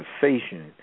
conversation